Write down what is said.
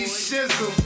shizzle